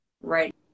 right